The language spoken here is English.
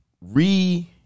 re